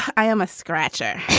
i am a scratcher.